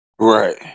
Right